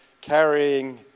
carrying